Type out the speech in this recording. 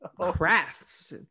crafts